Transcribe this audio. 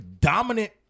dominant